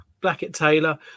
Blackett-Taylor